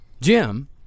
Jim